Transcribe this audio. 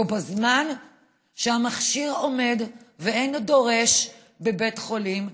בזמן שהמכשיר עומד ואין לו דורש בבית החולים זיו.